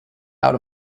out